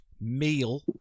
Meal